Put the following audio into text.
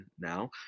now